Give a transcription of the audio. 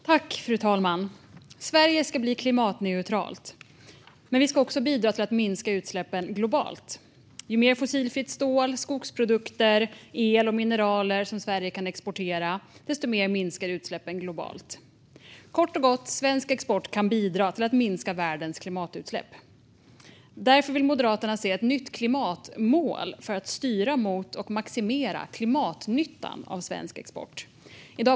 Fru talman! Sverige ska bli klimatneutralt, men vi ska också bidra till att minska utsläppen globalt. Ju mer fossilfritt stål, skogsprodukter, el och mineral som Sverige kan exportera, desto mer minskar utsläppen globalt. Kort och gott: Svensk export kan bidra till att minska världens klimatutsläpp. Därför vill Moderaterna se ett nytt klimatmål för att styra mot och maximera klimatnyttan av svensk export.